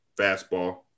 fastball